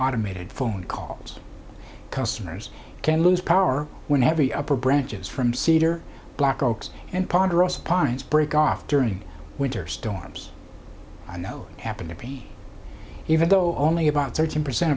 automated phone calls customers can lose power when heavy upper branches from cedar block oaks and ponderosa pines break off during winter storms i know happen again even though only about thirty percent